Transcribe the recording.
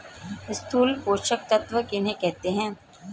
स्थूल पोषक तत्व किन्हें कहते हैं?